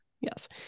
Yes